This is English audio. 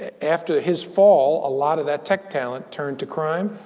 ah after his fall, a lot of that tech talent turned to crime.